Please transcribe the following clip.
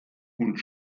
und